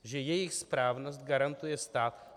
Že jejich správnost garantuje stát.